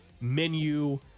menu